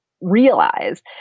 realize